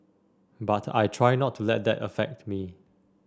but I try not to let that affect me